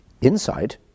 Inside